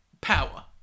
power